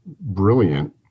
brilliant